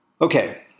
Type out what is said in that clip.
Okay